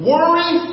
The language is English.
Worry